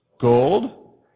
Gold